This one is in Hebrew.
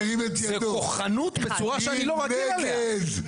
זו כוחנות בצורה שאני לא רגיל אליה.